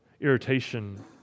irritation